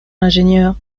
l’ingénieur